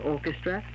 Orchestra